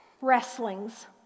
wrestlings